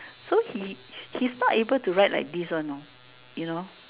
so he he is not able to write like this one you know you know